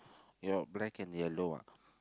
your black and yellow